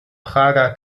prager